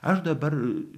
aš dabar